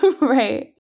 Right